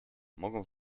mogą